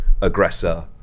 aggressor